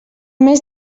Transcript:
més